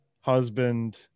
husband